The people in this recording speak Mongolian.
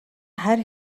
харь